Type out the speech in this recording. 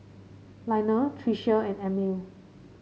Lionel Tricia and Amil